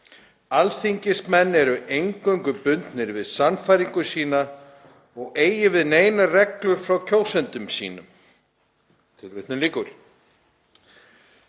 „Alþingismenn eru eingöngu bundnir við sannfæringu sína og eigi við neinar reglur frá kjósendum sínum.“ Þó virðist, frú